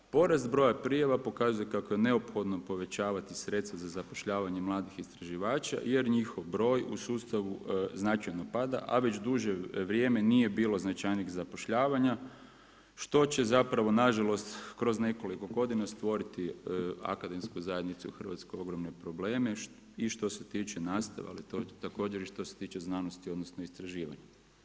Porast broja prijava pokazuje kako je neophodno povećavati sredstva za zapošljavanje mladih istraživača jer njihov broj u sustavu značajno pada, a već duže vrijeme nije bilo značajnijih zapošljavanja što će zapravo na žalost kroz nekoliko godina stvoriti akademskoj zajednici u Hrvatskoj ogromne probleme i što se tiče nastavka i također što se tiče znanosti, odnosno istraživanja.